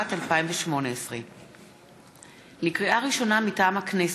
התשע"ט 2018. לקריאה ראשונה, מטעם הכנסת: